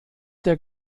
der